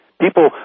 People